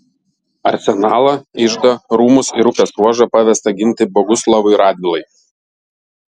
arsenalą iždą rūmus ir upės ruožą pavesta ginti boguslavui radvilai